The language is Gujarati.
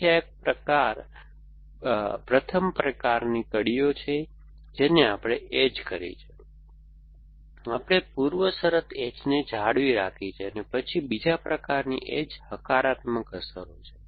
તેથી આ એક પ્રથમ પ્રકારની કડીઓ છે જેની આપણે એજ કરી છે આપણે પૂર્વશરત એજને જાળવી રાખી છે પછી બીજા પ્રકારની એજ હકારાત્મક અસરો છે